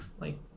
like-